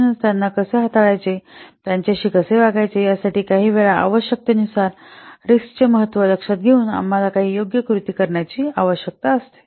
म्हणूनच त्यांना कसे हाताळायचे त्यांच्याशी कसे वागायचे यासाठी काहीवेळा आवश्यकतेनुसार रिस्कचे महत्त्व लक्षात घेऊन आम्हाला काही योग्य कृती करण्याची आवश्यकता असते